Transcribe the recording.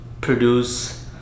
produce